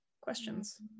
questions